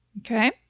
okay